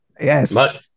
Yes